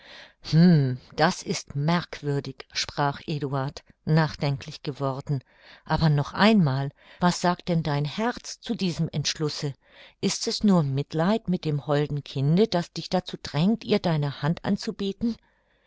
das ist merkwürdig sprach eduard nachdenklich geworden aber noch einmal was sagt denn dein herz zu diesem entschlusse ist es nur mitleid mit dem holden kinde das dich dazu drängt ihr deine hand anzubieten